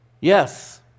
Yes